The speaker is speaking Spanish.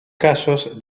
casos